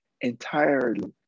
entirely